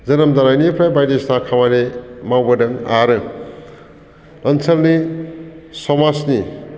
जोनोम जानायनिफ्राय बायदिसिना खामानि मावबोदों आरो ओनसोलनि समाजनि